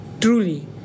truly